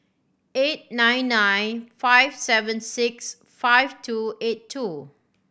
eight nine nine five seven six five two eight two